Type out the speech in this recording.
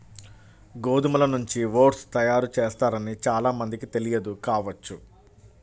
గోధుమల నుంచి ఓట్స్ తయారు చేస్తారని చాలా మందికి తెలియదు కావచ్చు